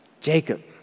Jacob